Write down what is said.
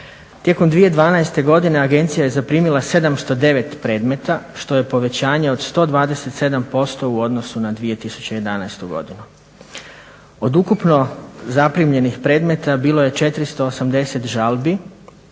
Tijekom 2012. godine agencija je zaprimila 709 predmeta što je povećanje od 127% u odnosu na 2011. godinu. Od ukupno zaprimljenih predmeta bilo je 480 žalbi,